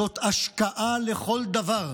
זאת השקעה לכל דבר.